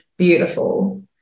beautiful